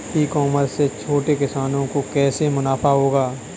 ई commerce से छोटे किसानों को कैसे मुनाफा होगा?